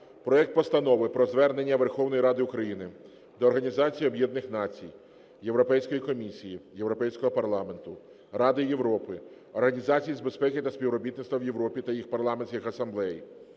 проект Постанови про Звернення Верховної Ради України до Організації Об’єднаних Націй, Європейської Комісії, Європейського Парламенту, Ради Європи, Організації з безпеки та співробітництва в Європі та їх парламентських асамблей,